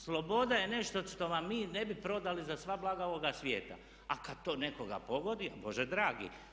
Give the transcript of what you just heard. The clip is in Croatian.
Sloboda je nešto što vam mi ne bi prodali za sva blaga ovoga svijeta, a kad to nekoga pogodi, a Bože dragi.